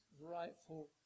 rightful